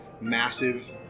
massive